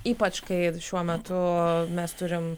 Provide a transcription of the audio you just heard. ypač kai šiuo metu mes turim